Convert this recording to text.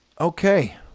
Okay